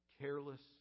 careless